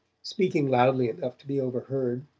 speaking loudly enough to be overheard.